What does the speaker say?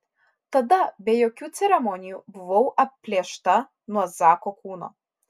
tada be jokių ceremonijų buvau atplėšta nuo zako kūno